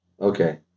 Okay